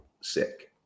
sick